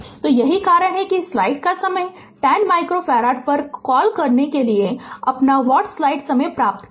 तो यही कारण है कि स्लाइड का समय 10 माइक्रोफ़ारड पर कॉल करने के लिए अपना व्हाट्स्लाइड समय प्राप्त करें